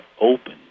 open